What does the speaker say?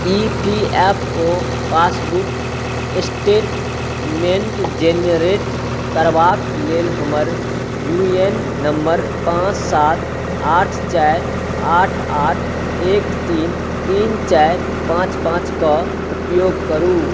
ई P F O passbook statement generate करबाके लेल हमर यू ए एन नम्बर पाँच सात आठ चारि आठ आठ एक तीन तीन चारि पाँच पाँचके उपयोग करू